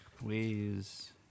please